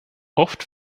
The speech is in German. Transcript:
oft